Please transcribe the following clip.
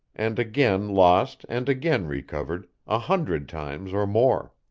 and again lost and again recovered, a hundred times or more.